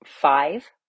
five